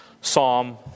Psalm